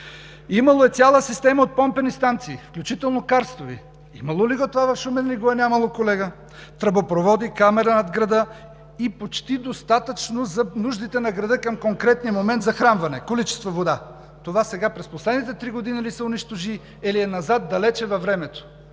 Имало е цяла система помпени станции, включително карстови. Имало ли го е това в Шумен, или го е нямало, колега – тръбопроводи, камера над града и почти достатъчно захранване за нуждите на града към конкретния момент, като количество вода? Това сега през последните три години ли се унищожи, или е назад далеч във времето?!